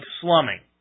slumming